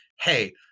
hey